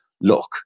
look